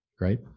right